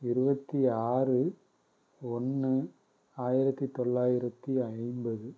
இருபத்தி ஆறு ஒன்று ஆயிரத்தி தொள்ளாயிரத்தி ஐம்பது